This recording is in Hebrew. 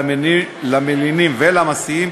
למלינים ולמסיעים,